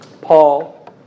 Paul